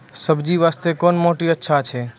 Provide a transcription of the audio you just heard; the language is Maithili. सब्जी बास्ते कोन माटी अचछा छै?